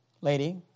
lady